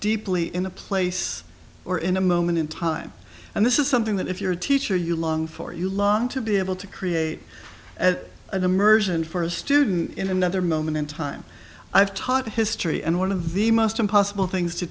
deeply in a place or in a moment in time and this is something that if you're a teacher you long for you long to be able to create an immersion for a student in another moment in time i've taught history and one of the most impossible things to